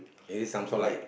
is it some sort like